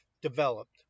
developed